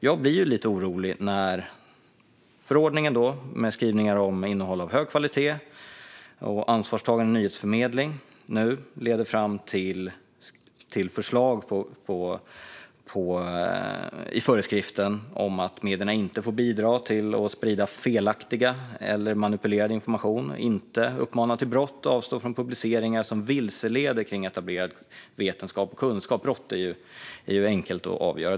Jag blir lite orolig när förordningen, med skrivningar om innehåll av hög kvalitet och ansvarstagande nyhetsförmedling, nu leder fram till föreslagna skrivningar i föreskriften om att medierna inte får bidra till att sprida felaktig eller manipulerad information, inte får uppmana till brott samt ska avstå från publiceringar som vilseleder kring etablerad vetenskap och kunskap. Det här med brott är enkelt att avgöra.